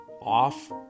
off